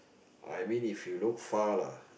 I mean if you look far lah